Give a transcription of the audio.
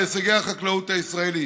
להישגי החקלאות הישראלית,